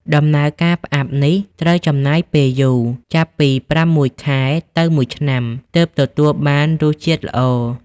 ដំណើរការផ្អាប់ នេះត្រូវចំណាយពេលយូរ ចាប់ពី ប្រាំមួយខែទៅមួយឆ្នាំ ទើបទទួលបានរសជាតិល្អ។